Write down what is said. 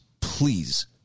please